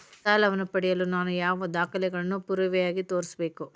ಸಾಲವನ್ನು ಪಡೆಯಲು ನಾನು ಯಾವ ದಾಖಲೆಗಳನ್ನು ಪುರಾವೆಯಾಗಿ ತೋರಿಸಬೇಕು?